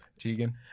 Tegan